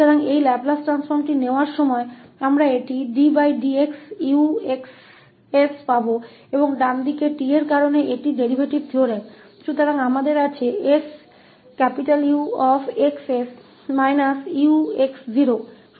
तो इस Laplace transform को लेते समय हम इसे यहाँ ddxUxs प्राप्त करेंगे और t के कारण दाईं ओर यह डेरीवेटिव थ्योरम होगा